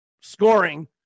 scoring